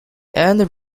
end